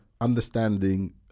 understanding